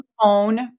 own